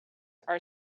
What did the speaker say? are